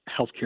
healthcare